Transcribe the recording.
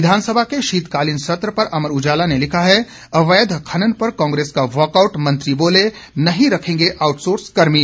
विधानसभा के शीतकालीन सत्र पर अमर उजाला ने लिखा है अवैध खनन पर कांग्रेस का वाकआउट मंत्री बोले नहीं रखेंगे आउटसोर्स कमी